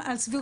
על שביעות